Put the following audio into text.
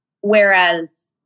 whereas